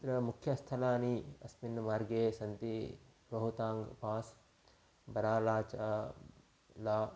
तत्र मुख्यस्थलानि अस्मिन् मार्गे सन्ति रोहुताङ्ग् पास् बराला च ला